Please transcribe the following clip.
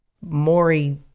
Maury